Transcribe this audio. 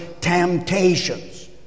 temptations